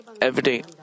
everyday